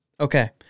Okay